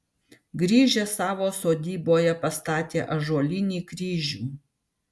grįžęs savo sodyboje pastatė ąžuolinį kryžių